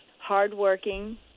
hardworking